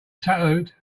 tattooed